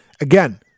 Again